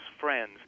friends